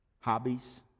Hobbies